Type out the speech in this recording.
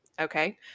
okay